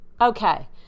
Okay